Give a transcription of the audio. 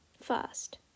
first